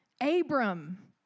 Abram